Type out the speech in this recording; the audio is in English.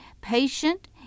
patient